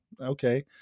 okay